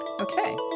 Okay